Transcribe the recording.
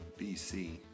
BC